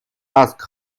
ask